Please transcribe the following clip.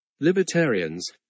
Libertarians